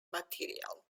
material